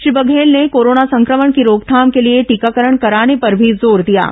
श्री बघेल ने कोरोना संक्रमण की रोकथाम के लिए टीकाकरण कराने पर भी जोर दिया है